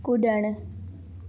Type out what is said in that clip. कुड॒णु